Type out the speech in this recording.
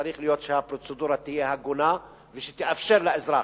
צריך שהפרוצדורה תהיה הגונה ותאפשר לאזרח,